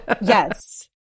Yes